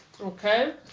Okay